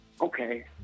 Okay